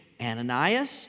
Ananias